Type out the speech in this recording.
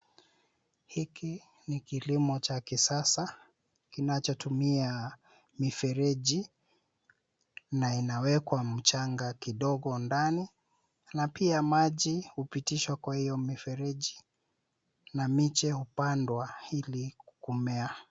Hiki ni kilimo cha kisasa kinachotumia mifereji na inawekwa mchanga kidogo ndani na pia maji hupitishwa kwa hiyo mifereji na miche hupandwa ili kumea.